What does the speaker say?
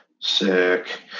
Sick